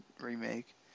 remake